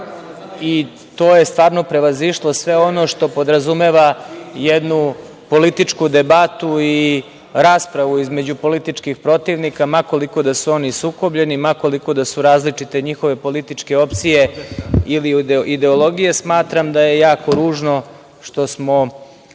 To je prevazišlo sve ono što podrazumeva jednu političku debatu i raspravu između političkih protivnika, ma koliko da su oni sukobljeni, ma koliko da su različite njihove političke opcije ili ideologije. Smatram da je jako ružno što smo